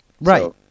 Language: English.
Right